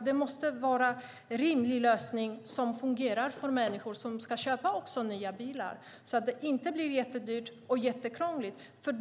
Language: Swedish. Det måste vara en rimlig lösning som fungerar för människor som ska köpa nya bilar, så att det inte blir jättedyrt och jättekrångligt.